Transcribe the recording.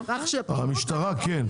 המשטרה כן.